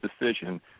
decision